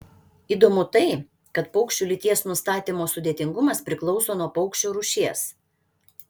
įdomu tai kad paukščių lyties nustatymo sudėtingumas priklauso nuo paukščio rūšies